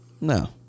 No